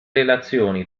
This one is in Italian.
relazioni